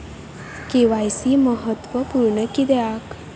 KYC महत्त्वपुर्ण किद्याक?